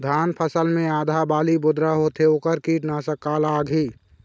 धान फसल मे आधा बाली बोदरा होथे वोकर कीटनाशक का लागिही?